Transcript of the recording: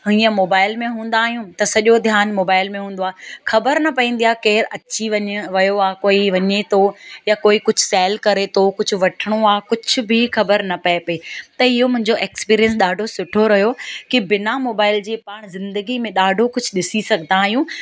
हीअं मोबाइल में हूंदा आहियूं त सॼो ध्यानु मोबाइल में हूंदो आहे ख़बर न पईंदी आहे केरु अची वञे वियो आहे कोई वञे थो या कोई कुझु सैल करे थो कुझु वठिणो आहे कुझु बि ख़बर न पए पई त इहो मुंहिंजो एक्सपीरियंस ॾाढो सुठो रहियो की बिना मोबाइल जी पाण ज़िंदगी में ॾाढो कुझु ॾिसी सघंदा आहियूं